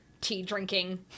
tea-drinking